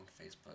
Facebook